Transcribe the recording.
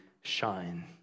shine